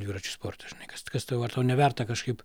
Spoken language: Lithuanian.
dviračių sportas žinai kas kas tau ar tau neverta kažkaip